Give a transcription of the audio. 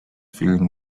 feeling